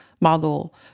model